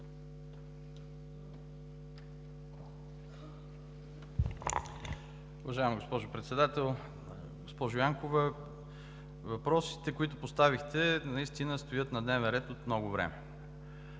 Уважаема госпожо Председател, госпожо Янкова! Въпросите, които поставихте, наистина стоят на дневен ред от много време.